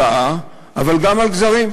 הרתעה, אבל גם על גזרים,